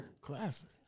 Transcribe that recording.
Classic